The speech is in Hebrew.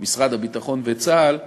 משרד הביטחון וצה"ל,